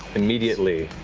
immediately,